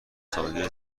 سایر